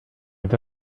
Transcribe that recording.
with